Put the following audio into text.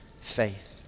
faith